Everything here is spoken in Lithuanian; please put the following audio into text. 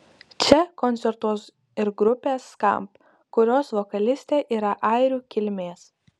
čia koncertuos ir grupė skamp kurios vokalistė yra airių kilmės